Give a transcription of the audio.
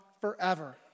forever